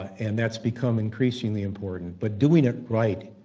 and that's become increasingly important, but doing it right,